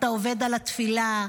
אתה עובד על התפילה,